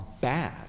bad